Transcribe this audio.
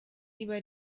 iba